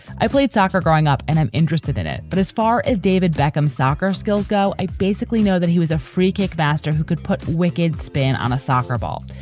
i played soccer growing up and i'm interested in it. but as far as david beckham soccer skills go, i basically know that he was a free kick master who could put wicked spin on a soccer ball.